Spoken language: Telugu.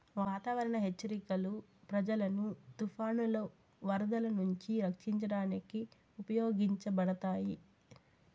వాతావరణ హెచ్చరికలు ప్రజలను తుఫానులు, వరదలు నుంచి రక్షించడానికి ఉపయోగించబడతాయి